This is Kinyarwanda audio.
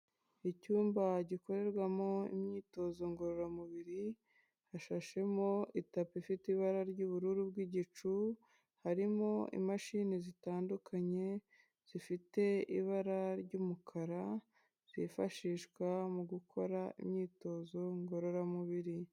Icyumba gikorerwamo imyitozo ngororamubiri hashashimo itapi ifite ibara ry'ubururu bw'igicu harimo imashini zitandukanye zifite ibara ry'umukara zifashishwa mu gukora imyitozo ngororamubiri.